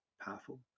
powerful